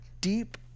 deep